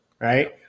Right